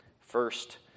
First